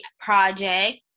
Project